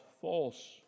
false